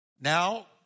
Now